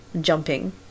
jumping